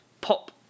pop